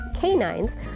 Canines